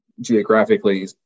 geographically